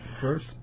first